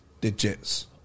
digits